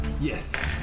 Yes